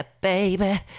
baby